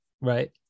Right